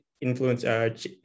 influence